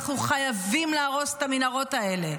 אנחנו חייבים להרוס את המנהרות האלה,